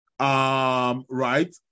right